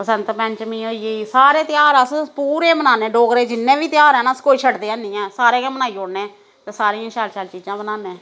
बसंत पंचमी होई गेई सारे ध्यार अस पूरे मनाने डोगरे जि'न्ने बी ध्यार ऐ ना अस कोई छड्डदे निं ऐ सारे गै मनाई ओड़ने ते सारें ई शैल शैल चीजां बनाने